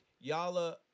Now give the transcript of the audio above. y'all